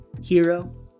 hero